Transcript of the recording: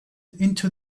into